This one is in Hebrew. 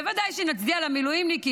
בוודאי שנצדיע למילואימניקיות.